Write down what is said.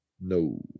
No